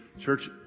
Church